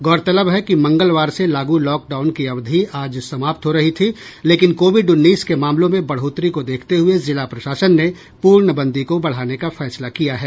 गौरतलब है कि मंगलवार से लागू लॉकडाउन की अवधि आज समाप्त हो रही थी लेकिन कोविड उन्नीस के मामलों में बढ़ोतरी को देखते हुए जिला प्रशासन ने पूर्णबंदी को बढ़ाने का फैसला किया है